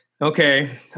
okay